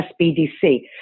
SBDC